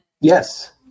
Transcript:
Yes